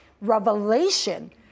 revelation